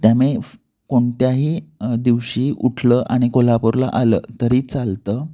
त्यामुळे कोणत्याही दिवशी उठलं आणि कोल्हापूरला आलं तरी चालतं